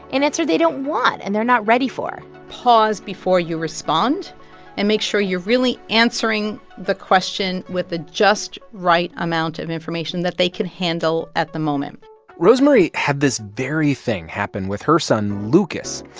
and answer they don't want and they're not ready for pause before you respond and make sure you're really answering the question with the just right amount of information that they can handle at the moment rosemarie had this very thing happen with her son, lucas.